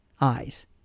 eyes